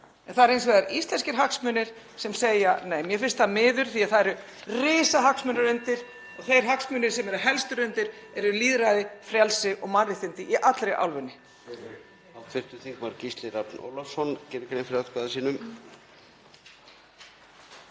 En það eru hins vegar íslenskir hagsmunir sem segja nei. Mér finnst það miður því að það eru risahagsmunir undir og þeir hagsmunir sem eru helstir undir eru lýðræði, frelsi og mannréttindi í allri álfunni.